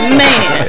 man